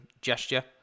gesture